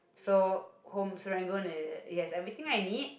so home Serangoon is it has everything I need